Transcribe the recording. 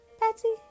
Patsy